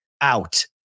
out